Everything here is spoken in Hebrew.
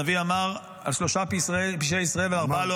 הנביא אמר: "על שלשה פשעי ישראל ועל ארבעה לא